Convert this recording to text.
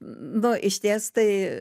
nu išties tai